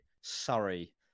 Surrey